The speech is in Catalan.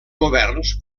governs